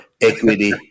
equity